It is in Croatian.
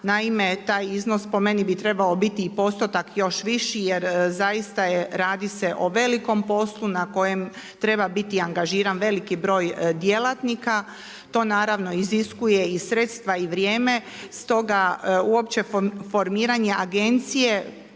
Naime, taj iznos po meni bi trebao biti i postotak još viši, jer zaista radi se o velikom poslu na kojem treba biti angažiran veliki broj djelatnika. To naravno iziskuje i sredstva i vrijeme, stoga uopće formiranje agencije